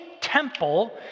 temple